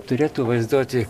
turėtų vaizduoti